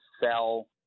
sell